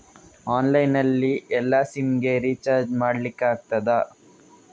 Online ನಲ್ಲಿ ಎಲ್ಲಾ SIM ಗೆ ರಿಚಾರ್ಜ್ ಮಾಡಲಿಕ್ಕೆ ಆಗ್ತದಾ?